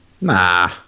Nah